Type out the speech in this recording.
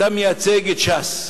אתה מייצג את ש"ס.